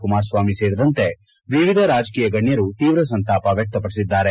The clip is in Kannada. ಕುಮಾರಸ್ವಾಮಿ ಸೇರಿದಂತೆ ವಿವಿಧ ರಾಜಕೀಯ ಗಣ್ಣರು ತೀವ್ರ ಸಂತಾಪ ವ್ಯಕ್ತಪಡಿಸಿದ್ದಾರೆ